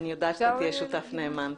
אני יודעת שאתה תהיה שותף נאמן.